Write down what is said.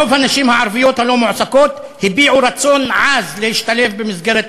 רוב הנשים הערביות הלא-מועסקות הביעו רצון עז להשתלב במסגרת